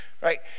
Right